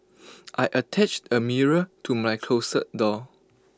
I attached A mirror to my closet door